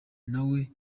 nawe